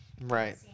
Right